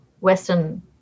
Western